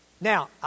Now